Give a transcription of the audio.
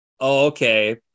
Okay